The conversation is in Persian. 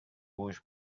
پوش